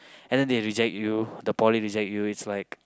and then they reject you the poly reject you it's like